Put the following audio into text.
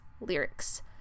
lyrics